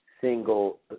single